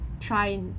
try